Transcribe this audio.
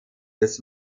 des